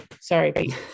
sorry